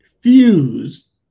fused